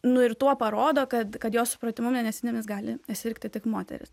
nu ir tuo parodo kad kad jo supratimu mėnesinėmis gali sirgti tik moterys